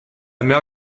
mère